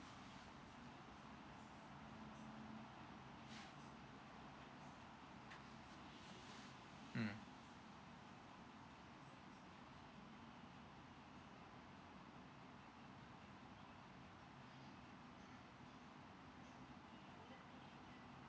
mm